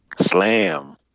Slam